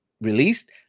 released